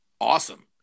awesome